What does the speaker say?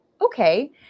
Okay